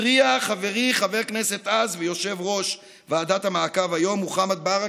התריע חברי חבר הכנסת אז ויושב-ראש ועדת המעקב היום מוחמד ברכה,